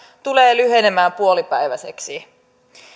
tulee lyhenemään puolipäiväiseksi